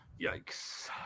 Yikes